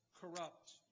corrupt